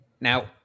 now